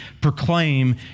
proclaim